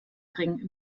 ring